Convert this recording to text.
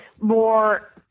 more